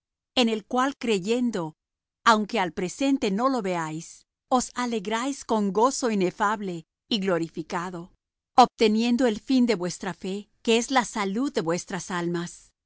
en el cual creyendo aunque al presente no lo veáis os alegráis con gozo inefable y glorificado obteniendo el fin de vuestra fe que es la salud de vuestras almas